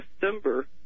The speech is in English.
December